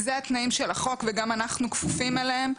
אלה התנאים של החוק, וגם אנחנו כפופים אליהם.